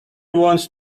wants